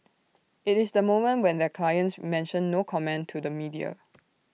IT is the moment when their clients mention no comment to the media